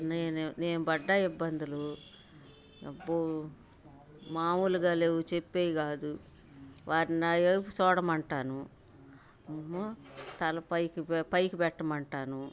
నేనే నేను పడ్డ ఇబ్బందులు అబ్బో మామూలుగా లేవు చెప్పేవి కాదు వారిని నావైపు చూడమంటాను తల పైకి పైకి పెట్టమంటాను